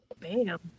bam